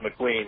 McQueen